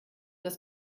das